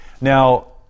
Now